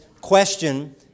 question